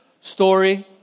story